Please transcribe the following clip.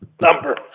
number